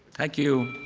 thank you.